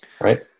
Right